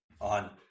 on